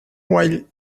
while